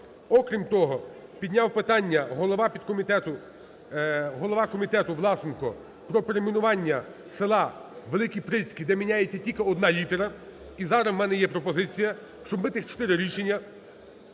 Окрім того, підняв питання голова підкомітету, голова комітету Власенко про перейменування села Великі Прицьки, де міняється тільки одна літера. І зараз у мене є пропозиція, щоб ми тих чотири рішення